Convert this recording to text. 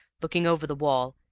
looking over the wall,